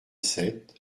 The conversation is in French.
sept